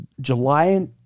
July